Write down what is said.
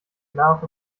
nach